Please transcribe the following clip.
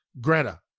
Greta